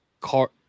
car